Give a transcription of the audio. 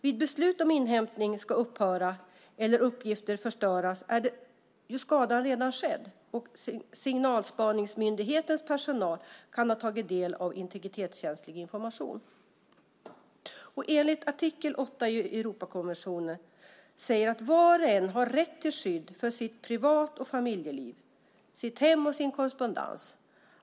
När det beslutas att inhämtning ska upphöra eller uppgifter förstöras är skadan redan skedd och signalspaningsmyndighetens personal kan ha tagit del av integritetskänslig information. Artikel 8 i Europakonventionen säger att var och en har rätt till skydd för sitt privat och familjeliv, sitt hem och sin korrespondens.